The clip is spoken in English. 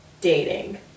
Dating